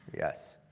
yes,